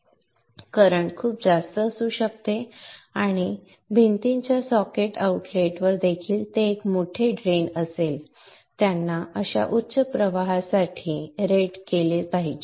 चालू करंट खूप जास्त असू शकते आणि भिंतीच्या सॉकेट आउटलेटवर देखील ते एक मोठे ड्रेन असेल त्यांना अशा उच्च प्रवाहांसाठी रेट केले पाहिजे